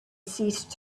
ceased